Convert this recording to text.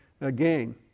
again